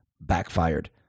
backfired